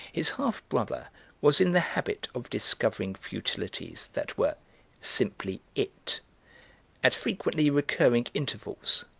his half-brother was in the habit of discovering futilities that were simply it at frequently recurring intervals.